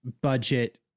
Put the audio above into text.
budget